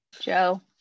Joe